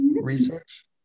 research